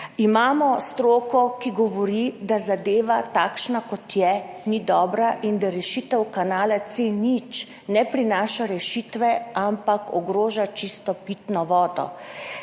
Imamo stroko, ki govori, da zadeva, takšna, kot je, ni dobra in da rešitev kanala C0 ne prinaša rešitve, ampak ogroža čisto pitno vodo.